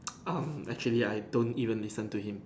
um actually I don't even listen to him